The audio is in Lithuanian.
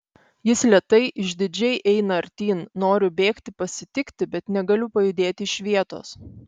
jis lėtai išdidžiai eina artyn noriu bėgti pasitikti bet negaliu pajudėti iš vietos